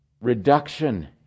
reduction